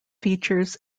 features